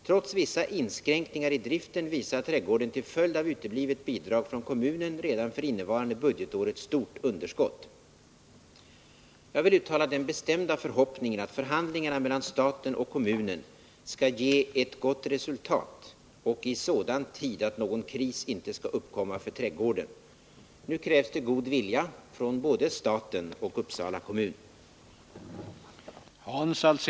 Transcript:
Trots vissa inskränkningar i driften visar trädgården till följd av uteblivet bidrag från kommunen redan för innevarande budgetår ett stort underskott. Jag vill uttala den bestämda förhoppningen att förhandlingarna mellan staten och kommunen skall ge ett gott resultat, och det i sådan tid att någon Nu krävs det god vilja från både staten och Uppsala kommun. Tisdagen den